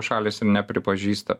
šalys nepripažįsta